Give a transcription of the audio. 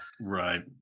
Right